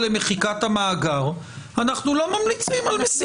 למחיקת המאגר אנחנו לא ממליצים על מסירה.